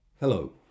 Hello